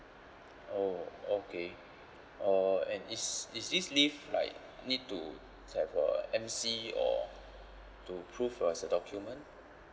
oh okay uh and is is this leave like need to have a M_C or to prove as a document